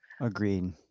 Agreed